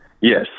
Yes